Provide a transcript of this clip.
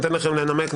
ניתן לכם לנמק,